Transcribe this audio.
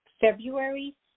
February